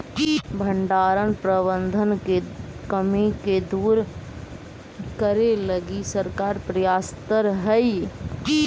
भण्डारण प्रबंधन के कमी के दूर करे लगी सरकार प्रयासतर हइ